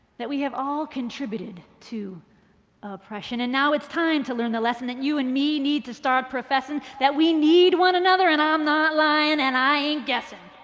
that we have all contributed to oppression. and know its time to learn the lesson that you and me need to start professin' that we need one another, and i'm not lying and i ain't guessin'